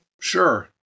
sure